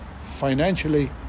financially